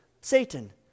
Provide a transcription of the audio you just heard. Satan